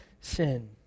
sin